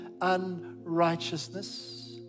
unrighteousness